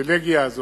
הפריווילגיה הזאת,